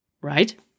right